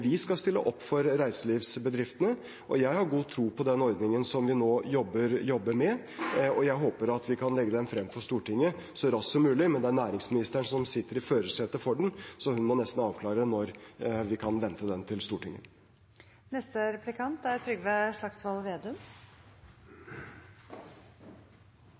vi skal stille opp for reiselivsbedriftene. Jeg har god tro på den ordningen vi nå jobber med, og jeg håper vi kan legge den frem for Stortinget så raskt som mulig. Men det er næringslivsministeren som sitter i førersetet for den, så hun må nesten avklare når vi kan vente den til